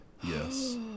yes